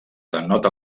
denota